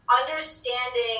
understanding